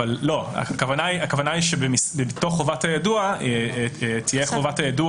הכוונה היא שבתוך חובת היידוע תהיה חובת היידוע